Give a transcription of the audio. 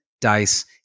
dice